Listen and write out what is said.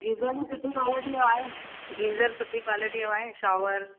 geyser बि सुठी क्वालिटीअ जो आहे गीज़र सुठी क्वालिटीअ जो आहे शॉवर